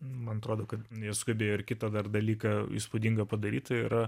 man atrodo kad neskubėjo ir kitą dar dalyką įspūdingą padaryta yra